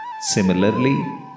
Similarly